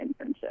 internship